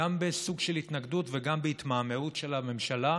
בסוג של התנגדות וגם בהתמהמהות של הממשלה,